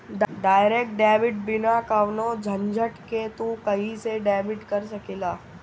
direct debit बिना कवनो झंझट के तू कही से डेबिट कर सकेला